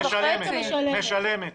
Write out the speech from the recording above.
משלמת.